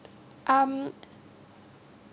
um